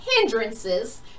hindrances